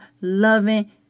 loving